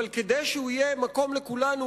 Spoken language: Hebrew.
אבל כדי שהוא יהיה מקום לכולנו,